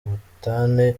ubutane